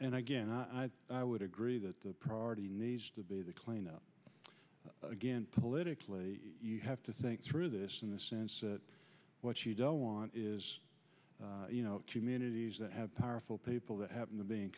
and again i would agree that the priority needs to be the cleanup again politically you have to think through this in the sense that what you don't want is you know communities that have powerful people that happen to be in